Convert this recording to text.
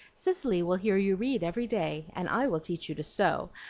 cicely will hear you read every day, and i will teach you to sew,